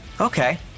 Okay